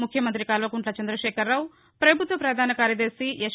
ముఖ్యమంత్రి కల్వకుంట్ల చంద్రదేఖర రావు ప్రభుత్వ ప్రధాన కార్యదర్శి ఎస్